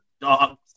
dogs